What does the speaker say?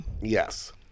Yes